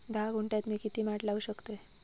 धा गुंठयात मी किती माड लावू शकतय?